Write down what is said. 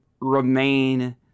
remain